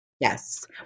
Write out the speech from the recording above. Yes